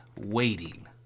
waiting